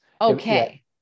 Okay